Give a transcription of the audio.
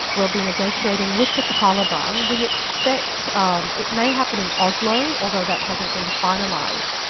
will be negotiating with the taliban. we expect um it may happen in oslo, although that hasn't been finalized.